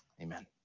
Amen